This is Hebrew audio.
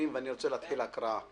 להתייחס ואז אני רוצה להתחיל בהקראה.